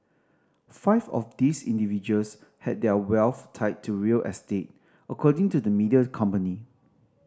five of these individuals had their wealth tied to real estate according to the media company